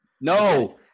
no